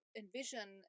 envision